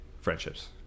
friendships